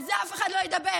על זה אף אחד לא ידבר,